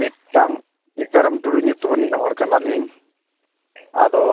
ᱢᱤᱫᱴᱟᱝ ᱧᱩᱛᱩᱢᱟᱱᱤᱡ ᱦᱚᱲ ᱠᱟᱱᱟᱞᱤᱧ ᱟᱫᱚ